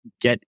get